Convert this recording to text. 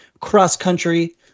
cross-country